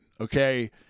Okay